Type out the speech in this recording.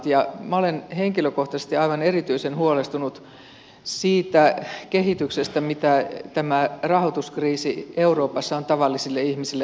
minä olen henkilökohtaisesti aivan erityisen huolestunut siitä kehityksestä mitä tämä rahoituskriisi euroopassa on tavallisille ihmisille aiheuttanut